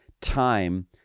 time